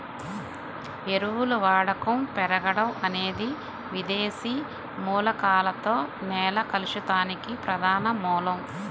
ఎరువుల వాడకం పెరగడం అనేది విదేశీ మూలకాలతో నేల కలుషితానికి ప్రధాన మూలం